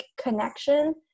connection